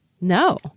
No